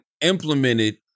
implemented